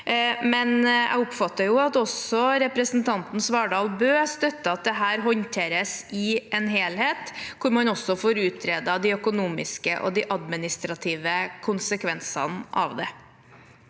jeg oppfatter at også representanten Svardal Bøe støtter at dette håndteres i en helhet, der man også får utredet de økonomiske og administrative konsekvensene av det.